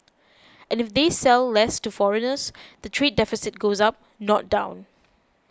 and if they sell less to foreigners the trade deficit goes up not down